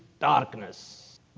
darkness